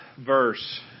verse